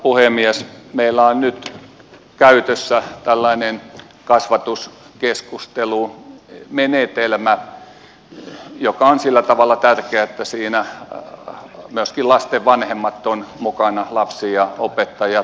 meillä on nyt käytössä tällainen kasvatuskeskustelumenetelmä joka on sillä tavalla tärkeä että siinä myöskin lasten vanhemmat ovat mukana lapsi ja opettajat